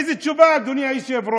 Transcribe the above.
איזו תשובה, אדוני היושב-ראש?